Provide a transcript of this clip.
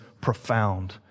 profound